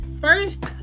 first